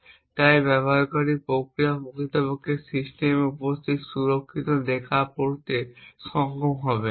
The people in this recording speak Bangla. এবং তাই একটি ব্যবহারকারীর প্রক্রিয়া প্রকৃতপক্ষে সিস্টেমে উপস্থিত সুরক্ষিত ডেটা পড়তে সক্ষম হবে